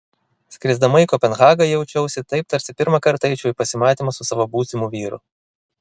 skrisdama į kopenhagą jaučiausi taip tarsi pirmą kartą eičiau į pasimatymą su savo būsimu vyru